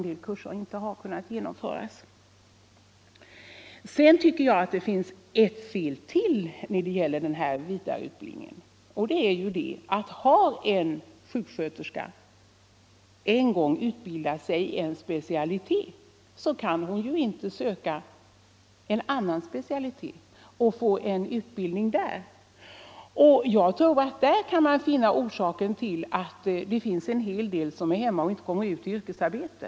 Det finns, tycker jag, ett fel till när det gäller vidareutbildningen. Har en sjuksköterska en gång utbildat sig i en specialitet, så kan hon inte söka en annan specialitet och få utbildning där. Jag tror att man här Nr 135 kan hitta orsaken till att det finns en del SJäKSKÖterskor Som är hemma Onsdagen den och inte kommer ut i yrkesarbete.